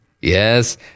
Yes